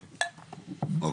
אוקיי.